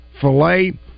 filet